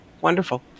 Wonderful